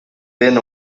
been